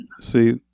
See